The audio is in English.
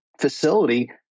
facility